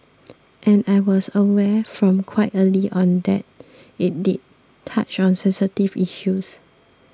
and I was aware from quite early on that it did touch on sensitive issues